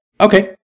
Okay